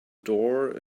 door